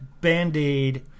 Band-Aid